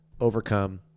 overcome